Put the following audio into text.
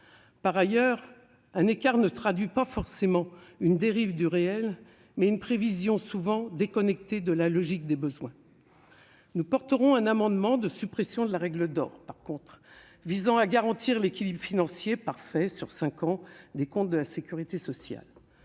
Par ailleurs, un écart traduit non pas forcément une dérive du réel, mais une prévision souvent déconnectée de la logique des besoins. Nous défendrons un amendement de suppression de la règle d'or visant à garantir l'équilibre financier parfait sur cinq ans des comptes de la sécurité sociale.